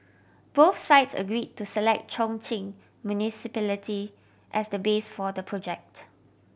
both sides agreed to select Chongqing Municipality as the base for the project